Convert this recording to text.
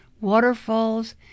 waterfalls